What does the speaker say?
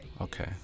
Okay